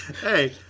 hey